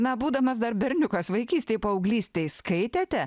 na būdamas dar berniukas vaikystėj paauglystėj skaitėte